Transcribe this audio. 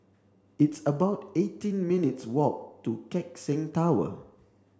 it's about eighteen minutes walk to Keck Seng Tower